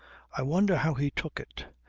i wonder how he took it.